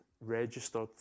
registered